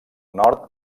nord